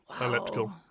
elliptical